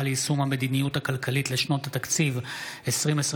ליישום המדיניות הכלכלית לשנות התקציב 2023 ו-2024),